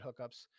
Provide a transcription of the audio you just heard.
hookups